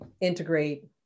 integrate